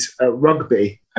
rugby